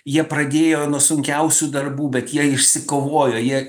jie pradėjo nuo sunkiausių darbų bet jie išsikovojo jie